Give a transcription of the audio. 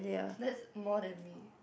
that's more than me